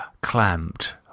clamped